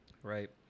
Right